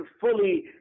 fully